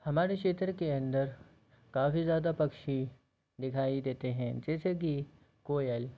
हमारे क्षेत्र के अंदर काफ़ी ज़्यादा पक्षी दिखाई देते हैं जैसे कि कोयल